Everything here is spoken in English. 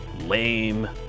Lame